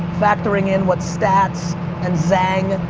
factoring in what staats and zhang,